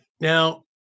now